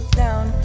down